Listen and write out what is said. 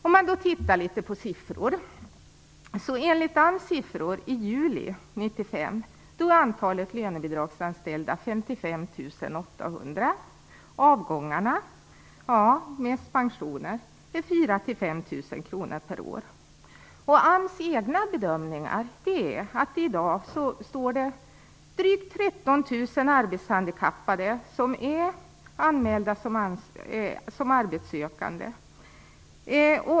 Om man tittar litet på siffror kan man enligt AMS uppgifter för juli 1995 se att antalet lönebidragsanställningar var 55 800. Avgångarna, mest pensioneringar, är 4 000-5 000 per år. AMS egna bedömningar är att det i dag finns drygt 13 000 arbetshandikappade som är anmälda som arbetssökande.